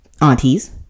aunties